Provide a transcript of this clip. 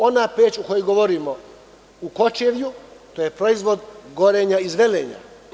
Ona peć o kojoj govorimo u Kočevlju je proizvod „Gorenja“ iz Velenja.